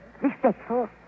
respectful